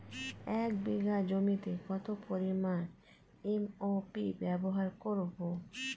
এক বিঘা জমিতে কত পরিমান এম.ও.পি ব্যবহার করব?